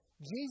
Jesus